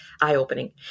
eye-opening